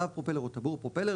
להב פרופלר או טבור פרופלר,